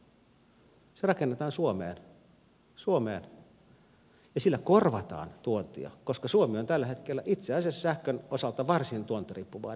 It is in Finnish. se rakennetaan suomeen ja sillä korvataan tuontia koska suomi on tällä hetkellä itse asiassa sähkön osalta varsin tuontiriippuvainen